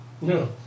No